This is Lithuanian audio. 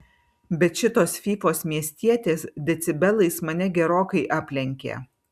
bet šitos fyfos miestietės decibelais mane gerokai aplenkė